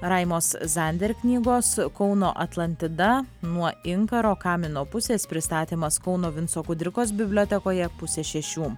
raimos zander knygos kauno atlantida nuo inkaro kamino pusės pristatymas kauno vinco kudirkos bibliotekoje pusę šešių